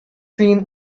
seen